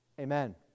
amen